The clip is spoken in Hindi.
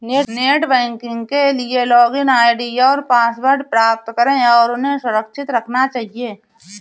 नेट बैंकिंग के लिए लॉगिन आई.डी और पासवर्ड प्राप्त करें और उन्हें सुरक्षित रखना चहिये